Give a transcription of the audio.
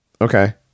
Okay